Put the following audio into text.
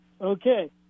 Okay